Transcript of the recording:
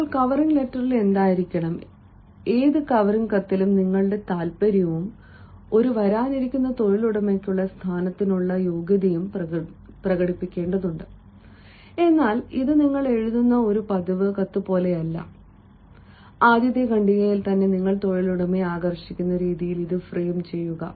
ഇപ്പോൾ കവറിംഗ് ലെറ്ററിൽ എന്തായിരിക്കണം ഏത് കവറിംഗ് കത്തിലും നിങ്ങളുടെ താൽപ്പര്യവും ഒരു വരാനിരിക്കുന്ന തൊഴിലുടമയ്ക്കുള്ള സ്ഥാനത്തിനുള്ള യോഗ്യതയും പ്രകടിപ്പിക്കേണ്ടതുണ്ട് എന്നാൽ ഇത് നിങ്ങൾ എഴുതുന്ന ഒരു പതിവ് കത്ത് പോലെയല്ല ആദ്യത്തെ ഖണ്ഡികയിൽ തന്നെ നിങ്ങൾ തൊഴിലുടമയെ ആകർഷിക്കുന്ന രീതിയിൽ ഇത് ഫ്രെയിം ചെയ്യുക